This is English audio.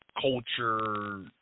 culture